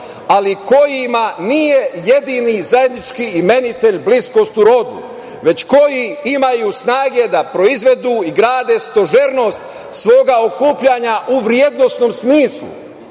ali kojima nije jedini i zajednički imenitelj bliskost u rodu, već koji imaju snage da proizvedu i grade stožernost svoga okupljanja u vrednosnom smislu,